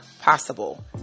possible